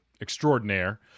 extraordinaire